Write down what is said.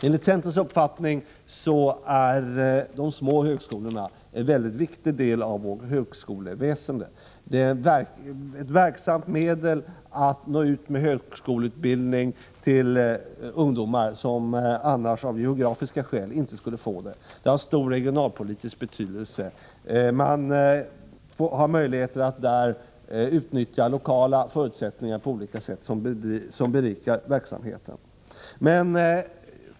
Enligt centerns uppfattning är de små högskolorna en mycket viktig del av vårt högskoleväsende. De är effektiva när det gäller att nå ut med högskoleutbildning till ungdomar som annars av geografiska skäl inte har möjlighet till sådan utbildning. Det är av stor regionalpolitisk betydelse. Man har möjlighet att utnyttja lokala förutsättningar på ett sätt som berikar verksamheten.